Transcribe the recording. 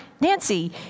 Nancy